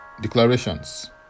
Declarations